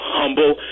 humble